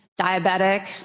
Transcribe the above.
diabetic